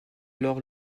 alors